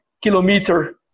Kilometer